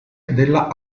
della